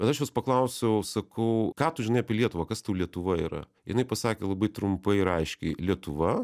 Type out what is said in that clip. bet aš jos paklausiau sakau ką tu žinai apie lietuvą kas tau lietuva yra jinai pasakė labai trumpai ir aiškiai lietuva